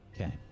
Okay